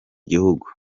gihugu